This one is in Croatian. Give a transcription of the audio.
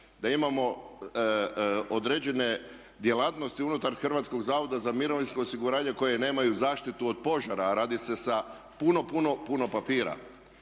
da imamo određene djelatnosti unutar HZMO-a koje nemaju zaštitu od požara a radi se sa puno, puno, puno papira.